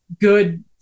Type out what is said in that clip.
good